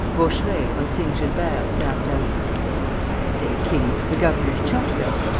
vaurheray, on seeing gilbert, snapped out i say, kiddie, the governor's chucked us!